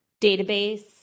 database